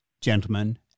gentlemen